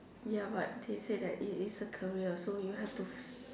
ya but they say that it is a career so you have to fi~